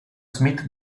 smith